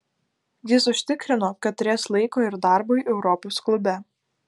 jis užtikrino kad turės laiko ir darbui europos klube